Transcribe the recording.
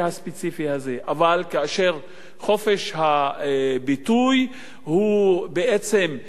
אבל כאשר חופש הביטוי הוא בעצם דברי הסתה,